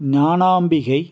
Gnanambigai